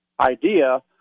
idea